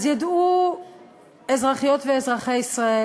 אז ידעו אזרחיות ואזרחי ישראל,